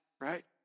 right